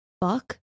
fuck